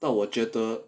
但我觉得